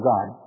God